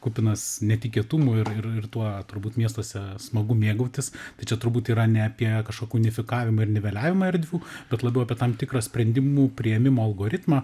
kupinas netikėtumų ir ir ir tuo turbūt miestuose smagu mėgautis tai čia turbūt yra ne apie kažkokį unifikavimą ir niveliavimą erdvių bet labiau apie tam tikrą sprendimų priėmimo algoritmą